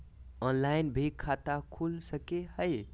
Online भी खाता खूल सके हय?